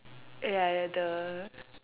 ya ya the